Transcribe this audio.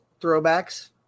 throwbacks